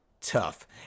tough